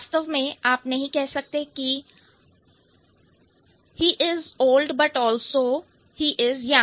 वास्तव में आप नहीं कह सकते he is old but also he is young